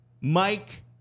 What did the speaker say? Mike